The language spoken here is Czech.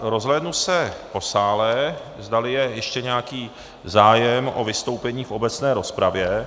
Rozhlédnu se po sále, zdali je ještě nějaký zájem o vystoupení v obecné rozpravě.